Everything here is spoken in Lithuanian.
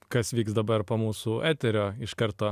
kas vyks dabar po mūsų eterio iš karto